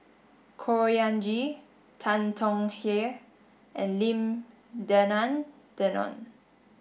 Khor Ean Ghee Tan Tong Hye and Lim Denan Denon